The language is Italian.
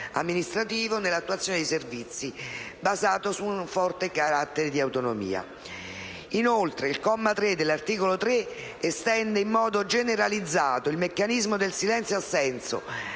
amministrativo nell'attuazione dei servizi basato su un forte carattere di autonomia. Il comma 3 dell'articolo 3 estende in modo generalizzato il meccanismo del silenzio assenso